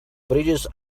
bridges